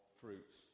Fruits